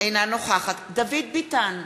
אינה נוכחת דוד ביטן,